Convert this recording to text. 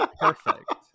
perfect